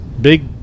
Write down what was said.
big